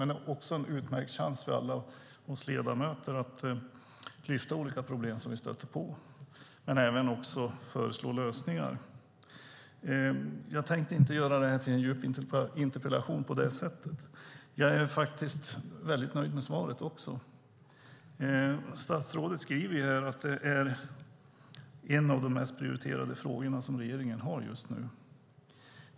Det ger också en utmärkt chans för alla oss ledamöter att lyfta fram olika problem som vi stöter på och även att föreslå lösningar. Jag tänkte inte göra det här till en djup interpellationsdebatt. Jag är faktiskt väldigt nöjd med svaret. Statsrådet säger att det här är en av regeringens mest prioriterade frågor just nu.